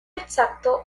exacto